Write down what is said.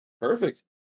Perfect